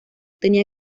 tenía